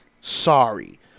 Sorry